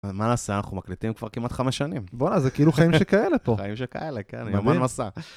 מה נעשה? אנחנו מקליטים כבר כמעט חמש שנים. בוא'נה, זה כאילו חיים שכאלה פה. חיים שכאלה, כן. יומן מסע.